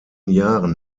jahren